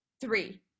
three